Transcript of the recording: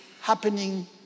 happening